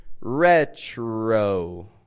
Retro